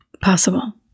possible